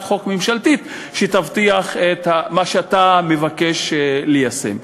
חוק ממשלתית שתבטיח את מה שאתה מבקש ליישם.